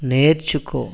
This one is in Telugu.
నేర్చుకో